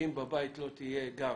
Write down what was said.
אם בבית לא תהיה גם